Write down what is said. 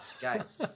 guy's